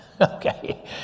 Okay